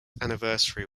anniversary